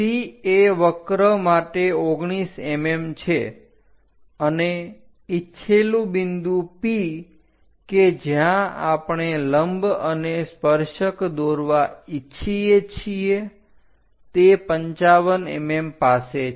C એ વક્ર માટે 19 mm છે અને ઇચ્છેલું બિંદુ P કે જ્યાં આપણે લંબ અને સ્પર્શક દોરવા ઇચ્છીએ છીએ તે 55 mm પાસે છે